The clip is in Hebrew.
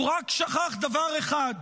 הוא רק שכח דבר אחד: